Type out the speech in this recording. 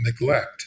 neglect